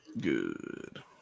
Good